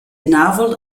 navel